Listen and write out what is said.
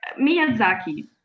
Miyazaki